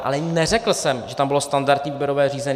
Ale neřekl jsem, že tam bylo standardní výběrové řízení.